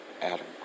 Adam